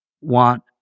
want